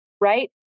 right